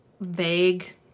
vague